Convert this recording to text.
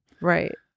Right